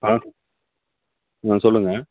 ஆ ஆ சொல்லுங்க